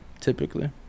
typically